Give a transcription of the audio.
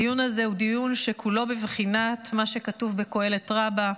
הדיון הזה הוא דיון שכולו בבחינת מה שכתוב בקהלת רבה: